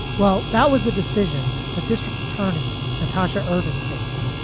well, that was the decision that district attorney natasha irving faced.